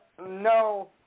no